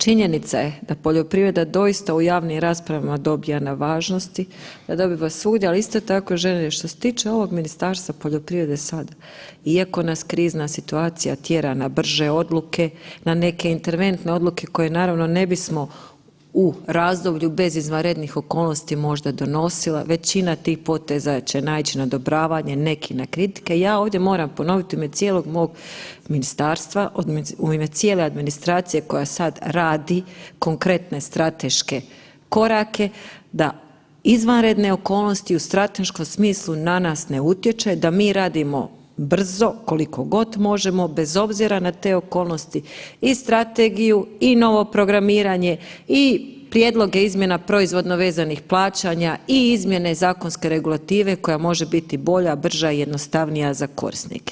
Činjenica je da poljoprivreda doista u javnim raspravama dobija na važnosti, da dobiva svugdje, ali isto tako želim reći, što se tiče ovog Ministarstva poljoprivrede sad iako nas krizna situacija tjera na brže odluke, na neke interventne odluke koje naravno ne bismo u razdoblju bez izvanrednih okolnosti možda donosila, većina tih poteza će naići na odobravanje, neki na kritike, ja ovdje moram ponoviti u ime cijelog mog ministarstva, u ime cijele administracije koja sad radi konkretne strateške korake da izvanredne okolnosti u strateškom smislu na nas ne utječe da mi radimo brzo koliko god možemo bez obzira na te okolnosti i strategiju i novo programiranje i prijedloge izmjena proizvodno vezanih plaćanja i izmjene zakonske regulative koja može biti bolja, brža i jednostavnija za korisnike.